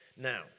now